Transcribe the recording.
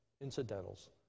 incidentals